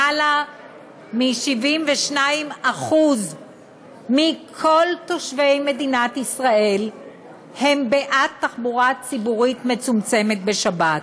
למעלה מ-72% מכל תושבי מדינת ישראל הם בעד תחבורה ציבורית מצומצמת בשבת.